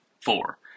Four